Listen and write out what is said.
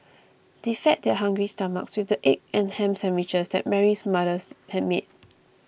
they fed their hungry stomachs with the egg and ham sandwiches that Mary's mother had made